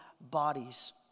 bodies